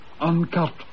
Uncut